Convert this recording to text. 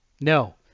No